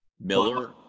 Miller